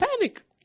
panic